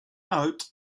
out